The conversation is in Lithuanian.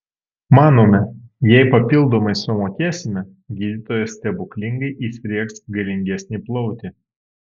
manome jei papildomai sumokėsime gydytojas stebuklingai įsriegs galingesnį plautį